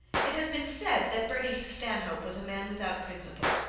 it has been said that bertie stanhope was a man without principle.